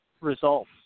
results